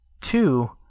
two